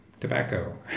tobacco